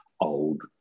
old